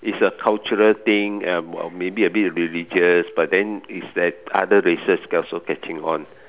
is a cultural thing and uh maybe a bit of religious but then it's that other races also catching on